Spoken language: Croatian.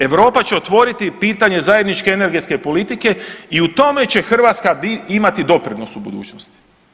Europa će otvoriti pitanje zajedničke energetske politike i u tome će Hrvatska imati doprinos u budućnosti.